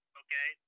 okay